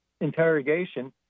interrogation